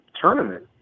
tournament